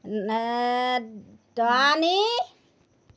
দৰানী